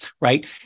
Right